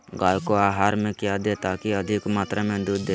गाय को आहार में क्या दे ताकि अधिक मात्रा मे दूध दे?